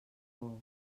bous